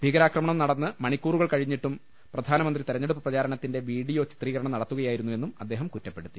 ഭീകരാക്രമണം നടന്ന് മണിക്കൂറുകൾ കഴിഞ്ഞിട്ടും പ്രധാനമന്ത്രി തെരഞ്ഞെടുപ്പ് പ്രചാരണത്തിന്റെ വീഡിയോ ചിത്രീകരണം നട ത്തുകയായിരുന്നുവെന്നും അദ്ദേഹം കുറ്റപ്പെടുത്തി